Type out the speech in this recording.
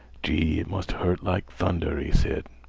gee, it must hurt like thunder! he said.